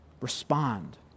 Respond